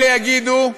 אלה יגידו: